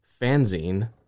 fanzine